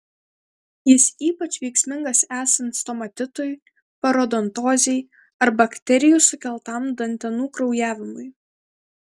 jis ypač veiksmingas esant stomatitui parodontozei ar bakterijų sukeltam dantenų kraujavimui